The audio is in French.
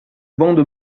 bande